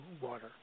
water